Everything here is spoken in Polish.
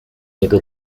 niego